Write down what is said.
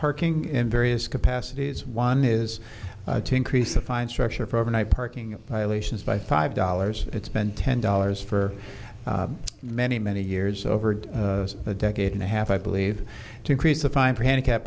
parking in various capacities one is to increase a fine structure for overnight parking violations by five dollars it's been ten dollars for many many years over a decade and a half i believe to increase a fine for handicapped